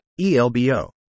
ELBO